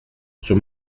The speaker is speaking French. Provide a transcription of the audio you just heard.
sur